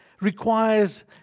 requires